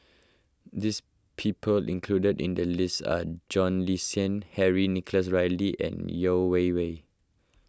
this people included in the list are John Le Cain Henry Nicholas Ridley and Yeo Wei Wei